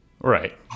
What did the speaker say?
Right